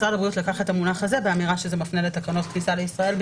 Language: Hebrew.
משרד הבריאות לקח את המונח הזה באמירה שזה מפנה לתקנות כניסה לישראל,